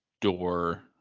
door